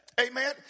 Amen